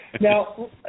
Now